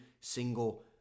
single